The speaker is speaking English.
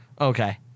Okay